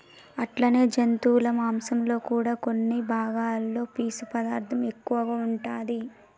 అట్లనే జంతువుల మాంసంలో కూడా కొన్ని భాగాలలో పీసు పదార్థం ఎక్కువగా ఉంటాది